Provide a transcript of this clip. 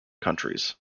countries